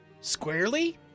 squarely